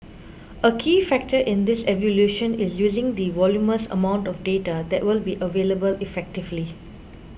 a key factor in this evolution is using the voluminous amount of data that will be available effectively